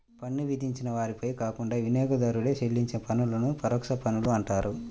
పన్ను విధించిన వారిపై కాకుండా వినియోగదారుడే చెల్లించే పన్నులను పరోక్ష పన్నులు అంటారు